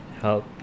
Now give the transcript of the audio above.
help